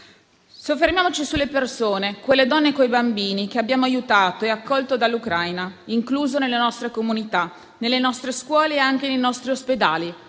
Soffermiamoci sulle persone, quelle donne coi bambini che abbiamo aiutato e accolto dall'Ucraina, incluso nelle nostre comunità, nelle nostre scuole e anche nei nostri ospedali,